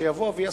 שיבוא ויסביר.